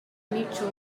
mutual